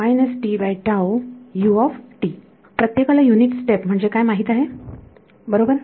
प्रत्येकाला unit step म्हणजे काय माहित आहे बरोबर